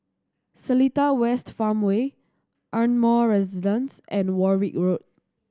Seletar West Farmway Ardmore Residence and Warwick Road